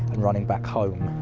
and running back home,